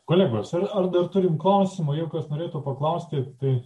kolegos ar ar dar turim klausimų jeigu kas norėtų paklausti tai